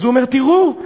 הוא אומר: תראו,